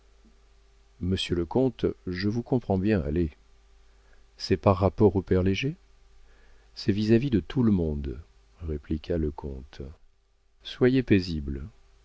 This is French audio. monsieur le comte je vous comprends bien allez c'est par rapport au père léger c'est vis-à-vis de tout le monde répliqua le comte soyez paisible